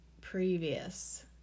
previous